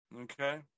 okay